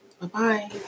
Bye-bye